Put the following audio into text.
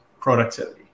productivity